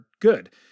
good